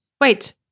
Wait